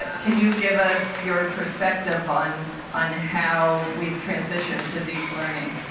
can you give us your perspective on on how we've transitioned to deep learning?